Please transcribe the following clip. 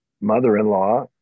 mother-in-law